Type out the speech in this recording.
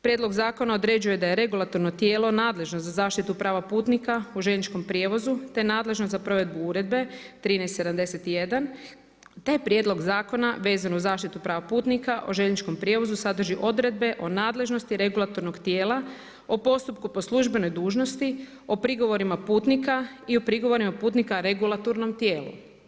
Prijedlog zakona određuje da je regulatorno tijelo nadležno za zaštitu prava putnika u željezničkom prijevozu te nadležno za provedbu Uredbe 13-71 te Prijedlog zakona vezan uz zaštitu prava putnika o željezničkom prijevozu sadrži odredbe o nadležnosti regulatornog tijela, o postupku po službenoj dužnosti, o prigovorima putnika i o prigovorima putnika regulatornom tijelu.